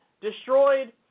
destroyed